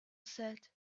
said